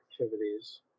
activities